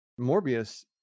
Morbius